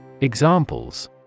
Examples